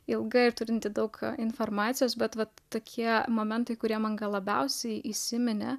ilga ir turinti daug informacijos bet vat tokie momentai kurie man labiausiai įsiminė